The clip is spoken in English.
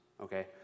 okay